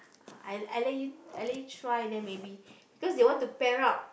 I I let you I let you try then maybe because they want to pair up